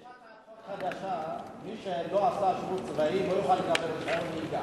יש הצעת חוק חדשה: מי שלא עשה שירות צבאי לא יוכל לקבל רשיון נהיגה.